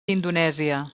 indonèsia